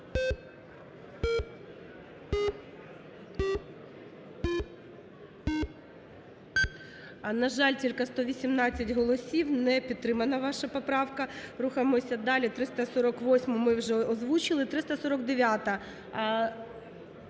На жаль, тільки 118 голосів. Не підтримана ваша поправка. Рухаємося далі. 348-у ми вже озвучили. 349-а.